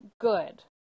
good